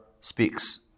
speaks